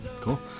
cool